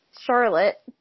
Charlotte